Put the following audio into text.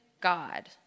God